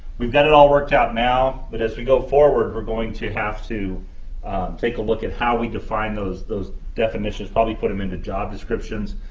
we've got it all worked out now, but as we go forward, we're going to have to take a look at how we define those those definitions, probably put them into job descriptions,